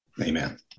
Amen